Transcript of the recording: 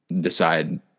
decide